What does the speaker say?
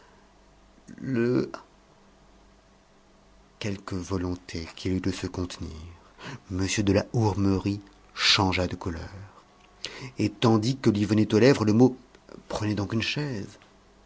quelque volonté qu'il eût de se contenir m de la hourmerie changea de couleur et tandis que lui venait aux lèvres le mot prenez donc une chaise